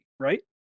right